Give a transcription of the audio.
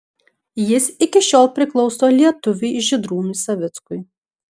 jis iki šiol priklauso lietuviui žydrūnui savickui